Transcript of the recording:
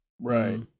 Right